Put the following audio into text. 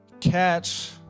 catch